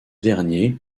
dernier